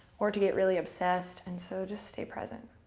or to get really obsessed. and so just stay present.